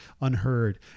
unheard